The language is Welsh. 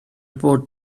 bod